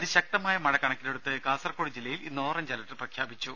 അതിശക്തമായ മഴ കണക്കിലെടുത്ത് കാസർകോട് ജില്ലയിൽ ഇന്ന് ഓറഞ്ച് അലർട്ട് പ്രഖ്യാപിച്ചു